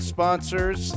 Sponsors